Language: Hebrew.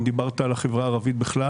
גם דיברת על החברה הערבית בכלל,